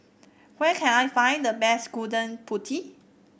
where can I find the best Gudeg Putih